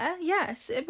yes